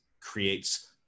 creates